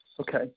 Okay